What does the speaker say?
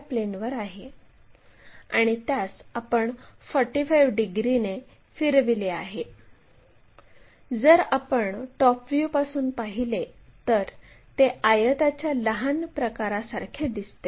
हे पूर्ण झाल्यावर आपण वास्तविक त्रिकोण काढू म्हणजे आपल्याला r1 हा बिंदू p पासून हस्तांतरित करावा लागेल